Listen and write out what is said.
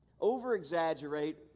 over-exaggerate